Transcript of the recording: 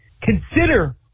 consider